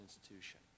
institution